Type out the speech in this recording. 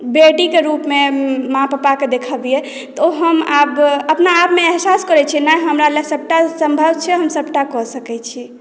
बेटीके रूपमे माँ पापाकेँ देखबियै तऽ हम आब अपना आपमे एहसास करै छियै नहि हमरा लए सभटा सम्भव छै हम सभटा कऽ सकैत छी